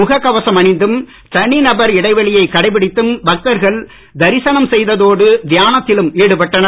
முகக் கவசம் அணிந்தும் தனிநபர் இடைவெளியை கடைபிடித்தும் பக்தர்கள் தரிசனம் செய்த்தோடு தியானத்திலும் ஈடுபட்டனர்